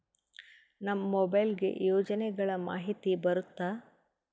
ನಮ್ ಮೊಬೈಲ್ ಗೆ ಯೋಜನೆ ಗಳಮಾಹಿತಿ ಬರುತ್ತ?